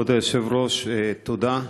כבוד היושב-ראש, תודה,